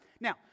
Now